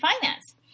finance